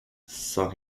sans